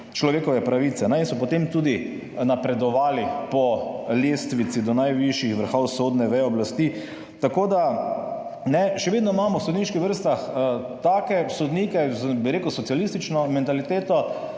človekove pravice in so potem tudi napredovali po lestvici do najvišjih vrhov sodne veje oblasti. Tako da še vedno imamo v sodniških vrstah take sodnike, s socialistično mentaliteto.